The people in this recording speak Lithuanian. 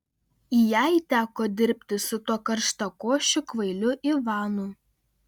jai teko dirbti su tuo karštakošiu kvailiu ivanu